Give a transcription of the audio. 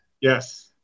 Yes